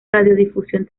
radiodifusión